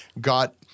got